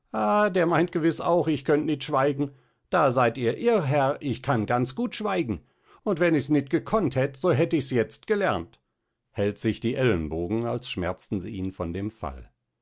der meint gewiss auch ich könnt nit schweigen da seid ihr irr herr ich kann ganz gut schweigen und wenn ichs nit gekonnt hätt so hätt ichs jetzt gelernt hält sich die ellenbogen als schmerzten sie ihn von dem fall